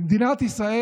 במדינת ישראל,